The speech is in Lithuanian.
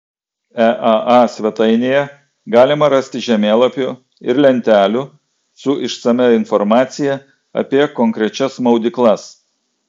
eaa svetainėje galima rasti žemėlapių ir lentelių su išsamia informacija apie konkrečias maudyklas